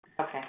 Okay